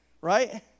right